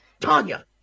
Tanya